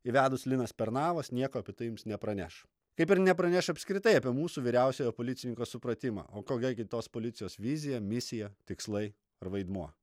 įvedus linas pernavas nieko apie tai jums nepraneš kaip ir nepraneš apskritai apie mūsų vyriausiojo policininko supratimą o kokia gi tos policijos vizija misija tikslai ar vaidmuo